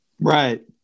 Right